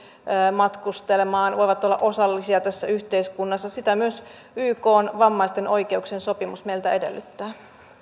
matkustelemaan voivat olla osallisia tässä yhteiskunnassa sitä myös ykn vammaisten oikeuksien sopimus meiltä edellyttää